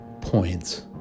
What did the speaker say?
points